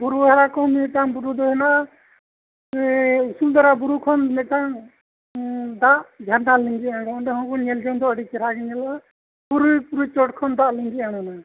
ᱵᱩᱨᱩ ᱦᱟᱨᱟ ᱠᱚ ᱢᱤᱫᱴᱟᱝ ᱵᱩᱨᱩ ᱫᱚ ᱦᱮᱱᱟᱜᱼᱟ ᱤᱭᱟᱹ ᱩᱥᱩᱞ ᱫᱷᱟᱨᱟ ᱵᱩᱨᱩ ᱠᱷᱚᱱ ᱢᱤᱫᱴᱟᱝ ᱫᱟᱜ ᱡᱷᱟᱨᱱᱟ ᱞᱤᱸᱜᱤ ᱟᱬᱜᱚᱱᱟ ᱚᱸᱰᱮ ᱦᱚᱸᱵᱚᱱ ᱧᱮᱞ ᱡᱚᱝ ᱫᱚ ᱟᱹᱰᱤ ᱪᱮᱨᱦᱟ ᱜᱮ ᱧᱮᱞᱚᱜᱼᱟ ᱯᱩᱨᱩᱭ ᱯᱩᱨᱩᱭ ᱪᱚᱴ ᱠᱷᱚᱱ ᱫᱟᱜ ᱞᱤᱸᱜᱤ ᱟᱬᱜᱚᱱᱟ